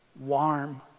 warm